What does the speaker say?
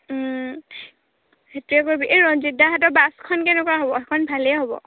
সেইটোৱে কৰিবি এই ৰঞ্জিতদাহঁতৰ বাছখন কেনেকুৱা হ'ব সেইখন ভালেই হ'ব